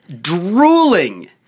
drooling